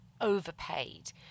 Overpaid